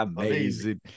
Amazing